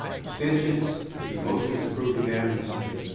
abstentions? the motion is approve unanimously.